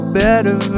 better